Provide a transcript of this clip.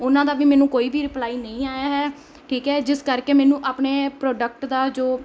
ਉਹਨਾਂ ਦਾ ਵੀ ਮੈਨੂੰ ਕੋਈ ਵੀ ਰਿਪਲਾਈ ਨਹੀਂ ਆਇਆ ਹੈ ਠੀਕ ਹੈ ਜਿਸ ਕਰਕੇ ਮੈਨੂੰ ਆਪਣੇ ਪ੍ਰੋਡਕਟ ਦਾ ਜੋ